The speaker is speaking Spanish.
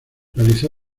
realizó